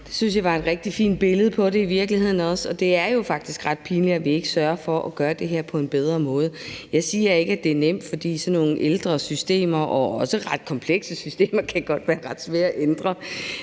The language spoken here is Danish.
Det synes jeg var et rigtig fint billede på det i virkeligheden, og det er jo faktisk ret pinligt, at vi ikke sørger for at gøre det her på en bedre måde. Jeg siger ikke, at det er nemt, for sådan nogle ældre og også ret komplekse systemer kan godt være ret svære at ændre,